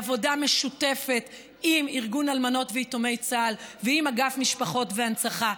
בעבודה משותפת עם ארגון אלמנות ויתומי צה"ל ועם אגף משפחות והנצחה.